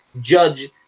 judge